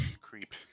creep